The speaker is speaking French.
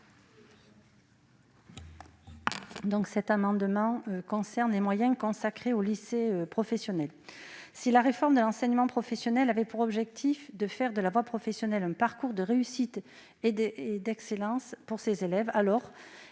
vise à augmenter les moyens consacrés aux lycées professionnels. La réforme de l'enseignement professionnel avait pour objectif de faire de la voie professionnelle un parcours de réussite et d'excellence pour ses élèves : aussi,